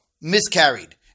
miscarried